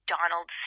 Donald